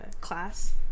class